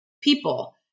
people